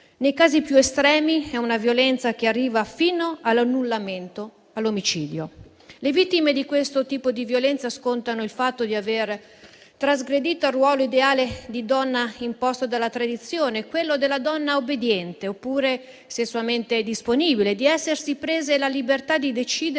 nei casi più estremi è una violenza che arriva fino all'annullamento, all'omicidio. Le vittime di questo tipo di violenza scontano il fatto di avere trasgredito al ruolo ideale di donna imposto dalla tradizione: quello della donna obbediente oppure sessualmente disponibile, di essersi prese la libertà di decidere